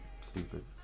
stupid